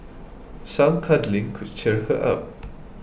some cuddling could cheer her up